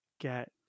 get